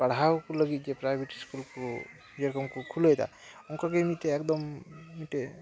ᱯᱟᱲᱦᱟᱣ ᱠᱚ ᱞᱟᱹᱜᱤᱫ ᱡᱮ ᱯᱨᱟᱭᱵᱷᱮᱴ ᱥᱠᱩᱞ ᱠᱚ ᱡᱮᱨᱚᱠᱚᱢ ᱠᱚ ᱠᱷᱩᱞᱟᱹᱣᱫᱟ ᱚᱱᱠᱟᱜᱮ ᱢᱤᱫᱴᱮᱱ ᱮᱠᱫᱚᱢ ᱢᱤᱫᱴᱮᱱ